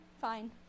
fine